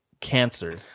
cancer